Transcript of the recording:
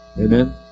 Amen